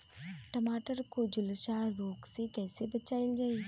टमाटर को जुलसा रोग से कैसे बचाइल जाइ?